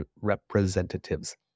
representatives